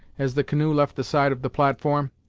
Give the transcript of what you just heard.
as the canoe left the side of the platform.